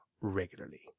regularly